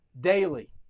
daily